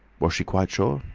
was she quite sure?